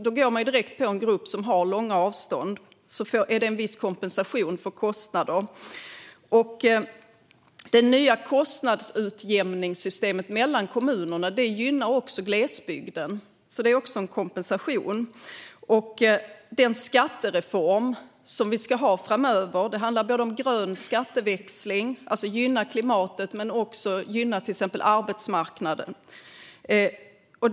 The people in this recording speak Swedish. Då går man direkt på en grupp som har långa avstånd och ger en viss kompensation för kostnader. Det nya systemet för kostnadsutjämning mellan kommunerna gynnar också glesbygden, så det är också en kompensation. Den skattereform som ska genomföras framöver handlar bland annat om grön skatteväxling och gynnar både klimatet och till exempel arbetsmarknaden.